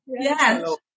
Yes